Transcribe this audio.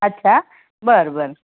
अच्छा बरं बरं